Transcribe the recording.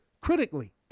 critically